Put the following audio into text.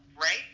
right